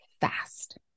fast